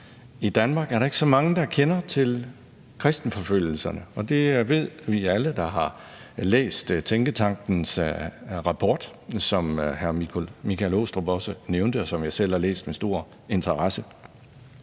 I Danmark er der ikke så mange, der kender til kristenforfølgelserne, og det ved alle vi, der har læst tænketankens rapport, som hr. Michael Aastrup Jensen også nævnte, og som jeg selv med stor interesse